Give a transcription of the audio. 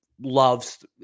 loves